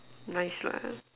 nice lah